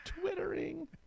Twittering